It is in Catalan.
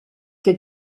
que